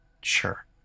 Sure